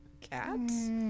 Cats